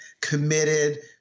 committed